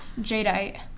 Jadeite